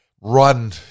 Run